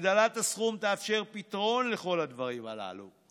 הגדלת הסכום תאפשר פתרון לכל הדברים האלו,